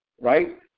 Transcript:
right